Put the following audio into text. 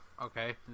Okay